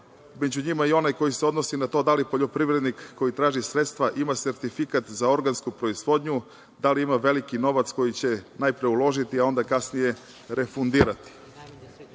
među njima i onaj koji se odnosi na to da li poljoprivrednik koji traži sredstva ima sertifikat za organsku proizvodnju, da li ima veliki novac koji će najpre uložiti, a onda kasnije refundirati. Naši